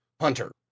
hunter